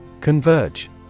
Converge